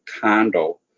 condo